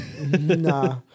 Nah